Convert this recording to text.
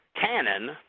canon